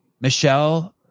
Michelle